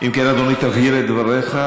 אם כן, אדוני, תבהיר את דבריך.